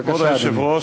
בבקשה, אדוני.